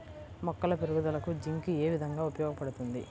మొక్కల పెరుగుదలకు జింక్ ఏ విధముగా ఉపయోగపడుతుంది?